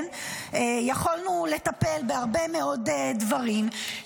יכולנו לטפל בהרבה מאוד דברים.